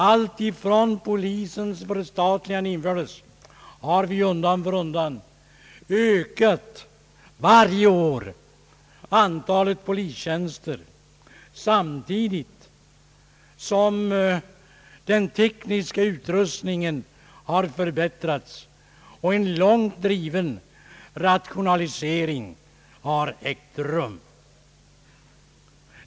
Alltsedan polisens förstatligande har vi undan för undan varje år ökat antalet polistjänster, samtidigt som den tekniska utrustningen har förbättrats och en långt driven rationalisering ägt rum.